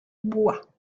bois